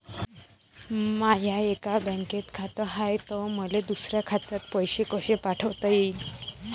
माय एका बँकेत खात हाय, त मले दुसऱ्या खात्यात पैसे कसे पाठवता येईन?